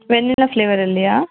vanilla ಫ್ಲೇವರಲ್ಲಿಯಾ